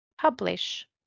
Publish